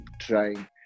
trying